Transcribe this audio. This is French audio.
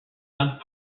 sainte